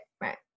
right